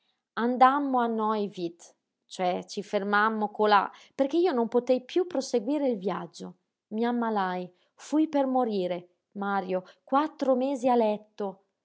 andammo a neuwied cioè ci fermammo colà perché io non potei piú proseguire il viaggio mi ammalai fui per morire mario quattro mesi a letto